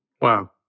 Wow